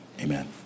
Amen